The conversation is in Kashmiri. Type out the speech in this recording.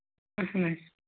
اَہن حظ